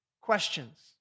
questions